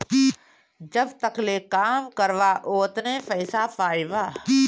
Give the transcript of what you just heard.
जब तकले काम करबा ओतने पइसा पइबा